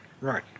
Right